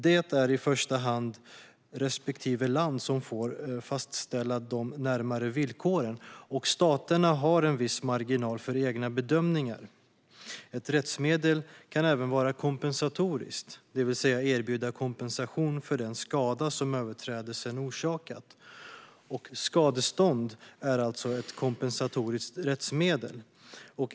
Det är i första hand respektive land som får fastställa de närmare villkoren. Staterna har en viss marginal för egna bedömningar. Ett rättsmedel kan även vara kompensatoriskt, det vill säga erbjuda kompensation för den skada som överträdelsen orsakat. Skadestånd är alltså ett kompensatoriskt rättsmedel.